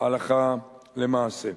הלכה למעשה.